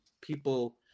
people